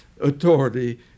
authority